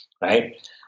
Right